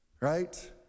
right